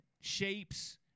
shapes